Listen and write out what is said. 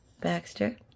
Baxter